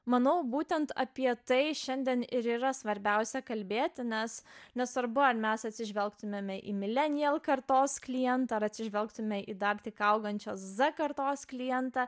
manau būtent apie tai šiandien ir yra svarbiausia kalbėti nes nesvarbu ar mes atsižvelgtumėme į milenial kartos klientą ar atsižvelgtume į dar tik augančios z kartos klientą